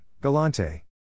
Galante